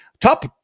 top